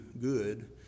good